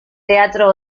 teatro